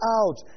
out